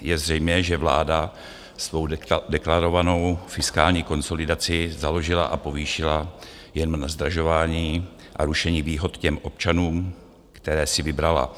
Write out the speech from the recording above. Je zřejmé, že vláda svou deklarovanou fiskální konsolidaci založila a povýšila jen na zdražování a rušení výhod těm občanům, které si vybrala.